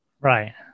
Right